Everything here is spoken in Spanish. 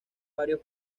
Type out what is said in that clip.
varios